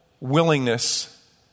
willingness